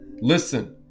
Listen